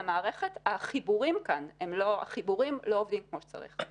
החיבורים כאן לא עובדים כמו שצריך.